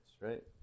right